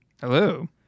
Hello